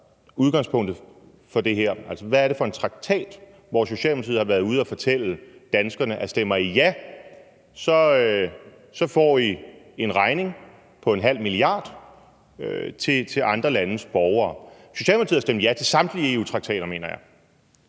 udgangspunktet for det her? Hvad er det for en traktat, hvor Socialdemokratiet har været ude at fortælle danskerne, at stemmer de ja, får de en regning på 0,5 mia. kr. til andre landes borgere? Socialdemokratiet har stemt ja til samtlige EU-traktater, mener jeg.